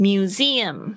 Museum